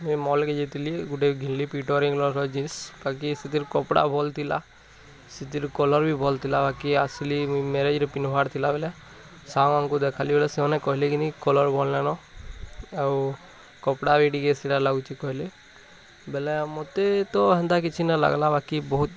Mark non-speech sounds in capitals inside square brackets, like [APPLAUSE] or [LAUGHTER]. ମୁଇଁ ମଲ୍କି ଯାଇ ଥିଲି ଗୋଟେ ଘିନିଲି ପିଟର୍ଇଂଲଣ୍ଡର ଜିନ୍ସ୍ ବାକି ସେଥିରେ କପଡ଼ା ଭଲ୍ ଥିଲା ସେଥିରୁ କଲର୍ ବି ଭଲ୍ ଥିଲା ବାକି ଆସିଲି ମୁଁ ମ୍ୟାରେଜ୍ରେ ପିନ୍ଧିବାର୍ ଥିଲା ବୋଲେ ସଙ୍ଗ୍ ମାନକୁ ଦେଖାଲି [UNINTELLIGIBLE] ସେମାନେ କହିଲେ କିନି କଲର୍ ଭଲ ନେନ ଆଉ କପଡ଼ା ବି ଟିକେ [UNINTELLIGIBLE] ଲାଗୁଛି କହିଲେ ବେଲେ ମୋତେ ତ ହେନ୍ତା କିଛି ନ ଲାଗ୍ଲା ବାକି ବହୁତ